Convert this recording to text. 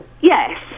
Yes